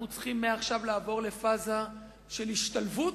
אנחנו צריכים מעכשיו לעבור לפאזה של השתלבות,